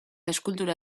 eskultura